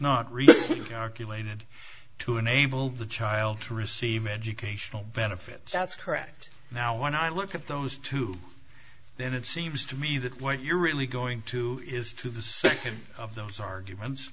not really dark elaine and to enable the child to receive educational benefits that's correct now when i look at those two then it seems to me that what you're really going to is to the second of those arguments